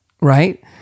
right